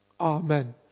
Amen